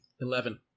Eleven